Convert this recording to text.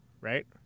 right